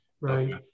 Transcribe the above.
right